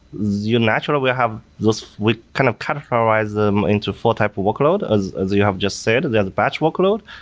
you naturally have we kind of categorize them into four type of workload as as you have just said. and they are the batch workload,